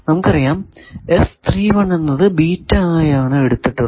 നമുക്കറിയാം എന്നത് ബീറ്റ ആയാണ് എടുത്തിട്ടുള്ളത്